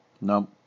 No